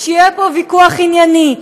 שיהיה פה ויכוח ענייני.